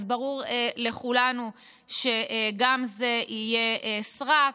אז ברור לכולנו שגם זה יהיה סרק,